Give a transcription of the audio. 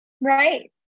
Right